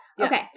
Okay